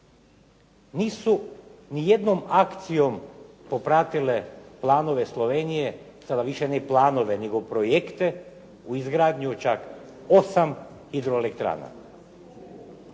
nisu ni jednom akcijom popratile planove Slovenije, sada više ne planove, nego projekte u izgradnju čak 8 hidroelektrana,